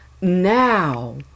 now